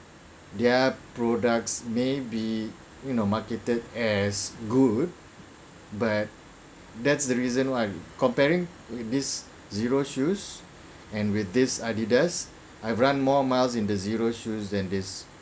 their products may be you know marketed as good but that's the reason why I'm comparing this zero shoes and with this adidas I run more miles in the zero shoes than this